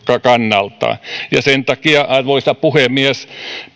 kannalta väärin sen takia arvoisa puhemies